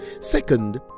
Second